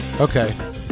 Okay